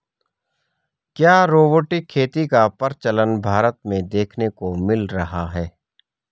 क्या रोबोटिक खेती का प्रचलन भारत में देखने को मिल रहा है?